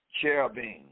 cherubim